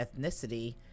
ethnicity